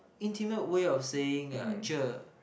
intimate way of saying uh cher